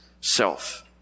self